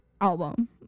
album